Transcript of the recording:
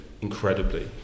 incredibly